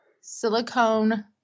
silicone